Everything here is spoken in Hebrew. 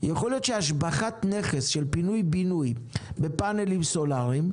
יכול להיות שהשבחת נכס של פינוי בינוי בפאנלים סולאריים,